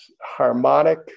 harmonic